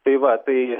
tai va tai